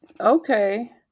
Okay